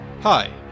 Hi